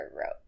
wrote